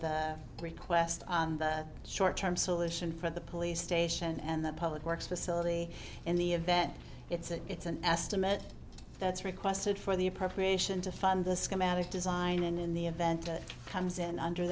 the request and the short term solution for the police station and the public works facility in the event it's a it's an estimate that's requested for the appropriation to fund the schematic design and in the event it comes in under